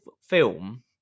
film